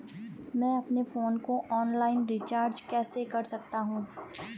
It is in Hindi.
मैं अपने फोन को ऑनलाइन रीचार्ज कैसे कर सकता हूं?